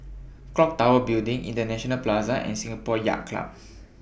Clock Tower Building International Plaza and Singapore Yacht Club